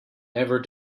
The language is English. never